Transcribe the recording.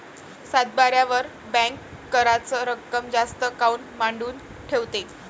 सातबाऱ्यावर बँक कराच रक्कम जास्त काऊन मांडून ठेवते?